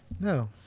No